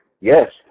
Yes